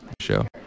show